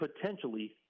potentially